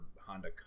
Honda